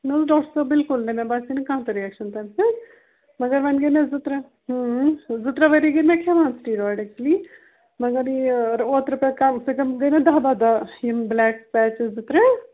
نہَ حظ ڈاکٹر صٲب بِلکُل نہٕ مےٚ باسے نہٕ کانٛہہ تہِ رِیکشن تَمہِ سٍتۍ مگر وۅنۍ گٔے مےٚ زٕ ترٚےٚ زٕ ترٛےٚ ؤری گٔے مےٚ کھٮ۪وان سِٹیٖراویڈ اٮ۪کچُؤلی مگر یہِ اوترٕ پٮ۪ٹھ کَم سے کَم گٔے مےٚ دَہ باہ دۄہ یِم بُلیک پٮ۪چِز زٕ ترٛےٚ